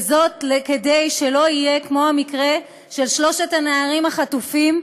וזאת כדי שלא יהיה כמו המקרה של שלושת הנערים החטופים,